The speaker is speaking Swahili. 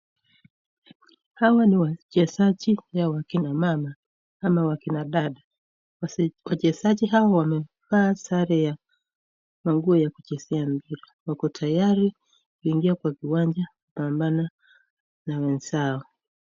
Hawa ni wachezaji ya wakina mama ama akina dawa wachezaji hawa wamezaa sare ama manguo ya kuchezea mpira, wako tayari kuingia kwa uwanja kupambana na wenzao.